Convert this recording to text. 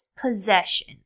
possession